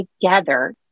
together